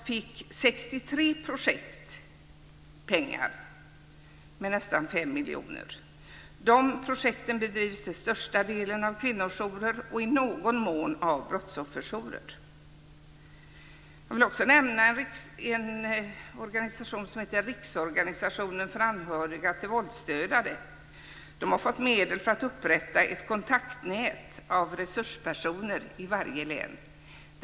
Summan uppgick till nästan 5 miljoner. Jag vill också nämna en organisation som heter Riksorganisationen för anhöriga till våldsdödade. Den har fått medel för att upprätta ett kontaktnät av resurspersoner i varje län.